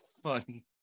funny